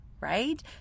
right